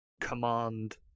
command